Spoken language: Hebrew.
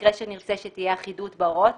למקרה שנרצה שתהיה אחידות בהוראות